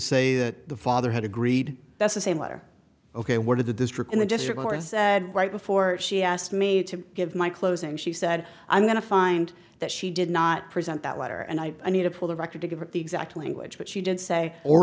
say that the father had agreed that's the same letter ok what did the district in the district court said right before she asked me to give my closing she said i'm going to find that she did not present that letter and i need to pull the record to give it the exact language but she did